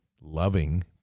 loving